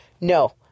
No